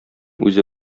үзе